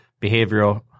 behavioral